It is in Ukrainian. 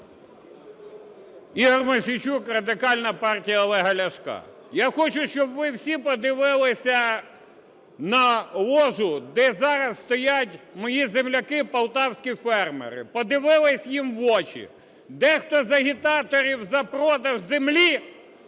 Ігор Мосійчук, Радикальна партія Олега Ляшка. Я хочу, щоб ви всі подивилися на ложу, де зараз стоять мої земляки полтавські фермери, подивилися їм в очі. Дехто з агітаторів за продаж землі